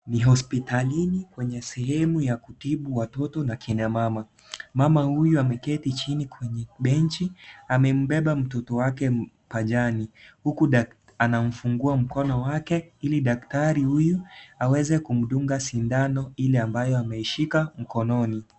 Ni hospitalini kwenye sehemu ya kutibu watoto na kina mama. Mama huyu ameketi chini kwenye Benji. Amembeba mtoto wake pajani huku anamfungua mkono wake Ili daktari huyu aweze kumdunga sindano Ile ambayo ameishika mkononi.